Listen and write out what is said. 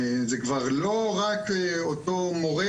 זה כבר לא רק אותו מורה,